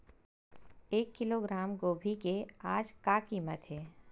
एक किलोग्राम गोभी के आज का कीमत हे?